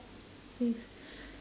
with